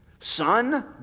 Son